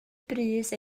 brys